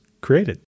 created